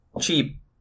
cheap